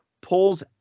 pulls